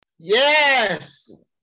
Yes